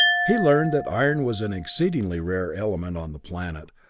he learned that iron was an exceedingly rare element on the planet,